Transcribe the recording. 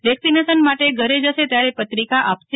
vaccination માટે ઘરે જશે ત્યારે પત્રિકા આપશે